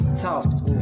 talk